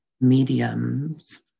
mediums